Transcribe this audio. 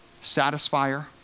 satisfier